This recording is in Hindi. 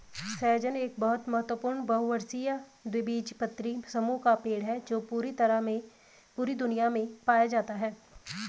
सहजन एक बहुत महत्वपूर्ण बहुवर्षीय द्विबीजपत्री समूह का पेड़ है जो पूरी दुनिया में पाया जाता है